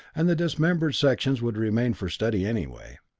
and the dismembered sections would remain for study, anyway.